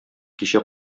кичә